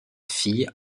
filles